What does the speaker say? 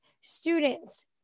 students